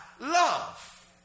love